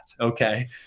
okay